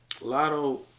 Lotto